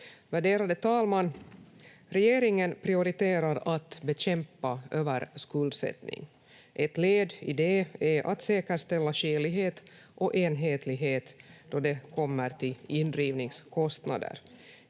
Värderade talman! Regeringen prioriterar att bekämpa överskuldsättning. Ett led i det är att säkerställa skälighet och enhetlighet då det kommer till indrivningskostnader.